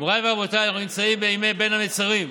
מוריי ורבותיי, אנחנו נמצאים בימי בין המצרים,